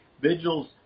vigils